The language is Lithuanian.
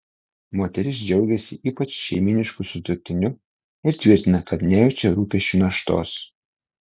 moteris džiaugiasi ypač šeimynišku sutuoktiniu ir tvirtina kad nejaučia rūpesčių naštos